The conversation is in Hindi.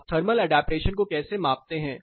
आप थर्मल ऐडप्टेशन को कैसे मापते हैं